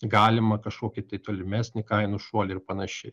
galimą kažkokį tai tolimesnį kainų šuolį ir panašiai